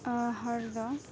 ᱦᱚᱲᱫᱚ